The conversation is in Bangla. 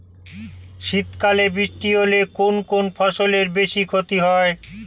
শীত কালে বৃষ্টি হলে কোন কোন ফসলের বেশি ক্ষতি হয়?